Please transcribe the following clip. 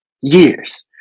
years